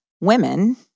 women